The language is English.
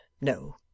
no